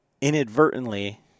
inadvertently